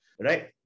right